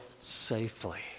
safely